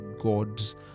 God's